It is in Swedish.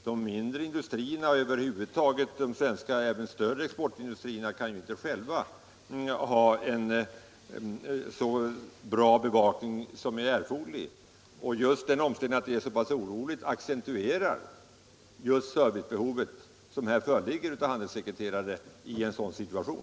De mindre industrierna — och även de större svenska exportindustrierna —- kan inte själva ha en så bra bevakning som är erforderlig. Och just den omständigheten att det är så pass oroligt accentuerar behovet av service från handelssekreterare i en sådan situation.